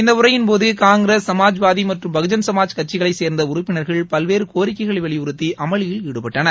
இந்த உரையின்போது காங்கிரஸ் சமாஜ்வாதி மற்றும் பகுஜன் சமாஜ் கட்சிகளை சேர்ந்த உறுப்பினர்கள் பல்வேறு கோரிக்கைகளை வலிபுறுத்தி அமளியில் ஈடுபட்டனர்